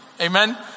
amen